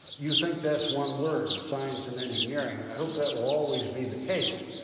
you think that's one word science and engineering. and i hope that will always be the case,